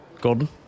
Gordon